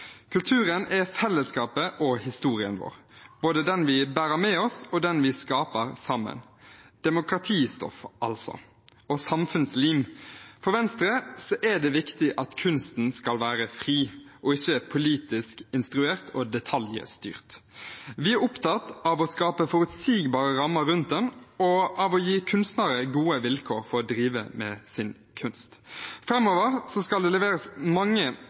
Kulturen er fellesskapet og historien vår, både den vi bærer med oss, og den vi skaper sammen – altså demokratistoff og samfunnslim. For Venstre er det viktig at kunsten skal være fri, ikke politisk instruert og detaljstyrt. Vi er opptatt av å skape forutsigbare rammer rundt den og av å gi kunstnere gode vilkår for å drive med sin kunst. Framover skal det leveres mange